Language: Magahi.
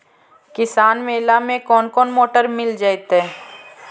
किसान मेला में कोन कोन मोटर मिल जैतै?